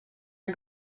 are